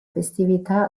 festività